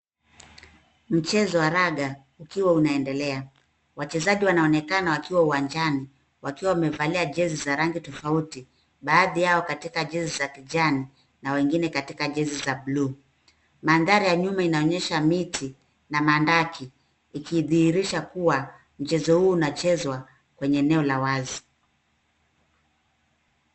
Mchezo wa raga ukiwa unaendelea. Wachezaji wanaonekana wakiwa uwanjani wakiwa wamevalia jezi za rangi tofauti baadhi yao katika jezi za kijani na wengine katika jezi za bluu. Mandhari ya nyuma inaonyesha miti na mandaki ikidhihirisha kuwa mchezo huu unachezwa kwenye eneo la wazi.